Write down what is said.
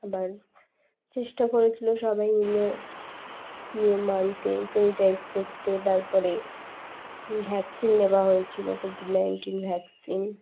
আবার চেষ্টা করেছিলো সবাই মিলে নিয়ম মানতে স্যানিটাইজ করতে তারপরে ভ্যাকসিন নেওয়া হয়েছিলো কোভিড নাইন্টিন ভ্যাকসিন